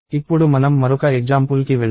ఇప్పుడు మనం మరొక ఎగ్జామ్పుల్ కి వెళ్దాం